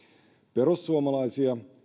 perussuomalaisia